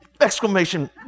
exclamation